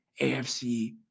AFC